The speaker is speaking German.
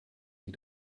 wie